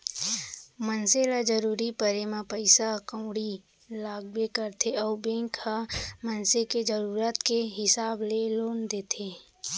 मनसे ल जरूरत परे म पइसा कउड़ी लागबे करथे अउ बेंक ह मनसे के जरूरत के हिसाब ले लोन देथे